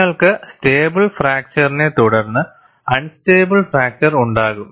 നിങ്ങൾക്ക് സ്റ്റേബിൾ ഫ്രാക്ചർനെ തുടർന്ന് അൺസ്റ്റബിൾ ഫ്രാക്ചർ ഉണ്ടാകും